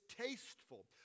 tasteful